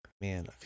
man